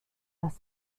dass